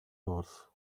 horse